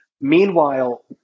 Meanwhile